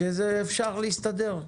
שאפשר להסתדר.